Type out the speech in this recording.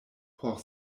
por